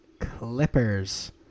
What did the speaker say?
Clippers